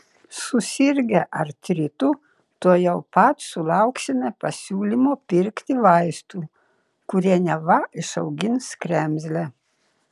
susirgę artritu tuojau pat sulauksime pasiūlymo pirkti vaistų kurie neva išaugins kremzlę